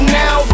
now